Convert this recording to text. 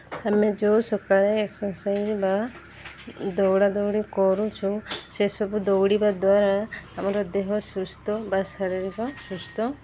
ଆମେ ଯେଉଁ ସକାଳେ ଏକ୍ସର୍ସାଇଜ୍ ବା ଦୌଡ଼ା ଦୌଡ଼ି କରୁଛୁ ସେସବୁ ଦୌଡ଼ିବା ଦ୍ୱାରା ଆମର ଦେହ ସୁସ୍ଥ ବା ଶାରୀରିକ ସୁସ୍ଥ